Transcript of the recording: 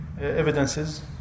evidences